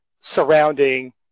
surrounding